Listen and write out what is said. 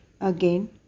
again